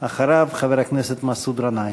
אחריו, חבר הכנסת מסעוד גנאים.